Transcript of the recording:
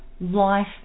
life